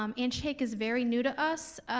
um handshake is very new to us,